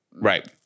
right